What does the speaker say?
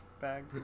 bag